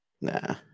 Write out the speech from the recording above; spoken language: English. Nah